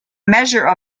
measure